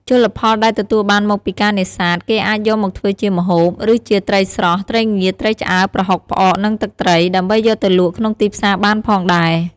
ជលផលដែលទទួលបានមកពីការនេសាទគេអាចយកមកធ្វើជាម្ហូប ឬជាត្រីស្រស់ ត្រីងៀត ត្រីឆ្អើរ ប្រហុក ផ្អក និងទឹកត្រី ដើម្បីយកទៅលក់ក្នុងទីផ្សារបានផងដែរ។